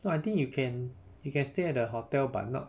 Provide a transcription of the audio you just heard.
no I think you can you can stay at the hotel but not